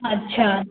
अच्छा